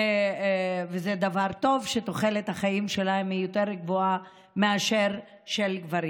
זה דבר טוב שתוחלת החיים של נשים יותר גבוהה משל גברים,